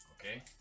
Okay